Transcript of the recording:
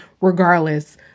regardless